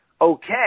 Okay